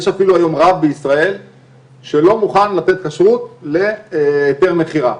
יש אפילו היום רב בישראל שלא מוכן לתת כשרות להיתר מכירה,